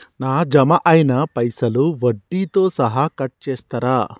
నా జమ అయినా పైసల్ వడ్డీతో సహా కట్ చేస్తరా?